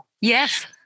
Yes